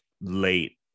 Late